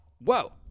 Whoa